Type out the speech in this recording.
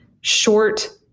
short